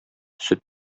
сөт